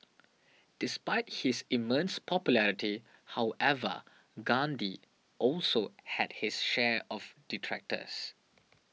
despite his immense popularity however Gandhi also had his share of detractors